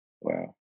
Wow